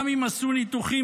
גם אם עשו ניתוחים,